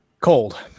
Cold